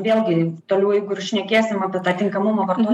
vėlgi toliau jeigu ir šnekėsim apie tą tinkamumo vartot